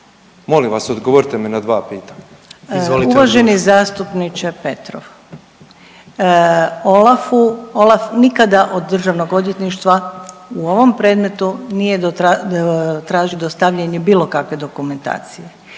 odgovor. **Hrvoj-Šipek, Zlata** Uvaženi zastupniče Petrov, OLAF-u, OLAF nikada od Državnog odvjetništva u ovom predmetu nije tražio dostavljanje bilo kakve dokumentacije.